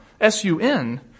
S-U-N